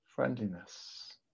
Friendliness